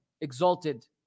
exalted